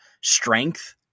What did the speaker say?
strength